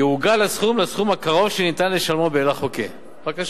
יעוגל הסכום לסכום הקרוב שניתן לשלמו"; בבקשה,